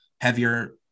heavier